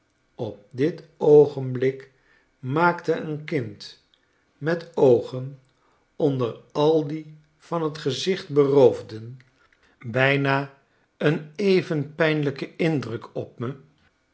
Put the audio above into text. op dit oogenblik maakte een kind met oogen onder al die van t gezicht beroofden bijna een even pijnlijken indruk op me